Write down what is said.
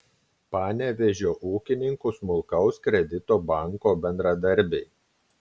panevėžio ūkininkų smulkaus kredito banko bendradarbiai